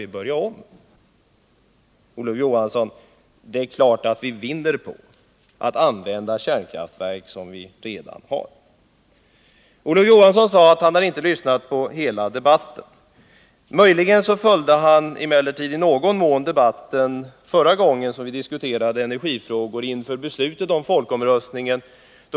Det är klart, Olof Johansson, att vi vinner på att använda de kärnkraftverk som vi redan har. Olof Johansson sade att han inte lyssnat på hela debatten. Möjligen följde han emellertid i någon mån debatten förra gången som vi diskuterade energifrågor, nämligen inför beslutet om folkomröstningen.